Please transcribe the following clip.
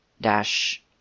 dash